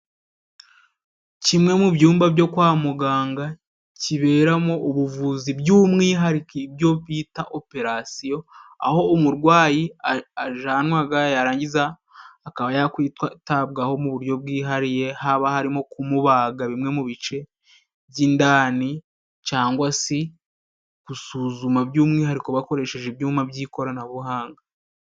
Kimwe mu byumba byo kwa muganga kiberamo ubuvuzi by'umwihariko ibyo bita operasiyo, aho umurwayi ajanwaga yarangiza akaba yakwitabwaho mu buryo bwihariye, haba harimo kumubaga bimwe mu bice by'indani cangwa se gusuzuma by'umwihariko bakoresheje ibyuma by'ikoranabuhanga.